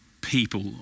people